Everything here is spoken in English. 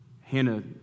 Hannah